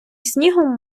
снігом